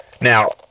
Now